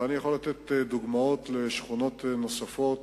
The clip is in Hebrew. ואני יכול לתת דוגמאות של שכונות נוספות